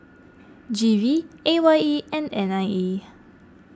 G V A Y E and N I E